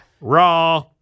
Raw